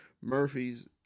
Murphy's